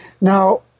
now